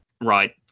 right